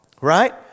right